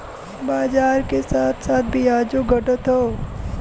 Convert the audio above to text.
बाजार के साथ साथ बियाजो घटत हौ